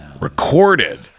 recorded